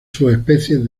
subespecies